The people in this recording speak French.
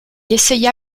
essaya